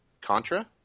Contra